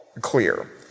clear